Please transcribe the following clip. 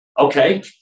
Okay